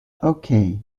okay